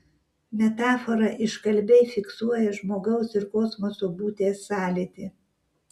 metafora iškalbiai fiksuoja žmogaus ir kosmoso būties sąlytį